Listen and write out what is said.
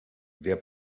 wer